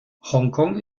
hongkong